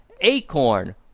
Acorn